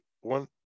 one